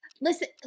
Listen